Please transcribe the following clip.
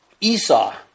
Esau